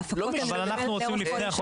ההפקות האלה לאורך כל השנה.